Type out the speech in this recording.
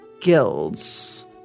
guilds